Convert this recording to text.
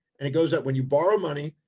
and it goes up when you borrow money,